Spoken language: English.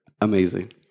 amazing